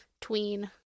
Tween